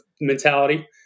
mentality